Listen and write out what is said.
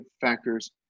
factors